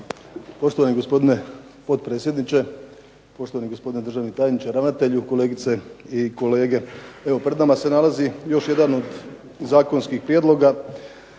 Poštovani gospodine potpredsjedniče. Poštovani gospodine državni tajniče, ravnatelju, kolegice i kolege. Evo pred nama se nalazi još jedan od zakonskih prijedloga